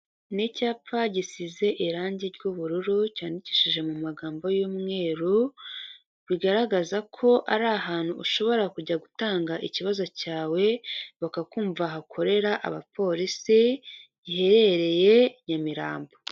Ni icyapa gisize irange ry'ubururu cyandikishije mu magambo y'umweru, bigaragaza ko ari ahantu ushobora kujya gutanga ikibazo cyawe bakakumva, hakorera abapolisi giherereye Nyamirambo.